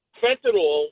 fentanyl